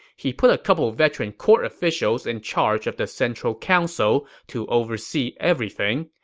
he put a couple veteran court officials in charge of the central council to oversee everything.